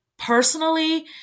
Personally